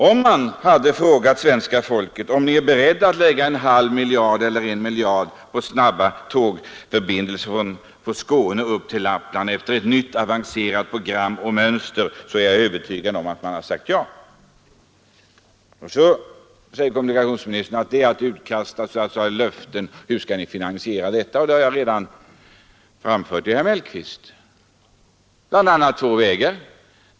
Om vi hade frågat svenska folket om man är beredd att lägga en halv eller en miljard på snabba tågförbindelser från Skåne upp till Lappland efter ett nytt avancerat program och mönster, är jag övertygad om att man hade svarat ja. Då säger kommunikationsministern att det är att utkasta löften, och han frågade hur vi skulle finansiera detta. Jag har redan framfört till herr Mellqvist att vi föreslagit två vägar.